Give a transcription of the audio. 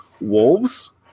wolves